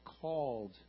called